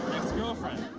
ex-girlfriend.